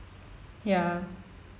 ya